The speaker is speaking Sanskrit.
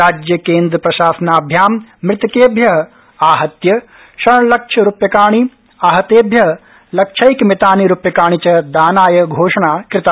राज्यकेन्द्रप्रशासनाभ्यां मृतकेभ्य आहत्य षल्लक्षरूप्यकाणि आहतेभ्य लक्षैकमितानि रूप्यकाणि च दानाय घोषणा कुता